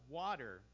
water